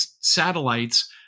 satellites